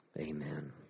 Amen